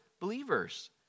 believers